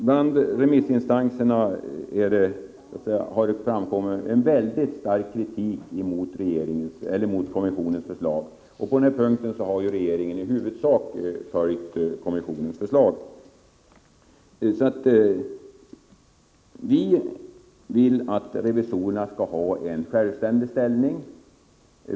Från remissinstanserna har det framkommit en väldigt stark kritik mot kommissionens förslag på den här punkten, men regeringen har i huvudsak följt vad kommissionen föreslagit. Vi vill att revisorerna skall ha en självständig ställning.